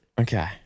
Okay